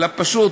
אלא פשוט